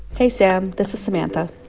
hey, sam. this is samantha.